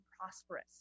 prosperous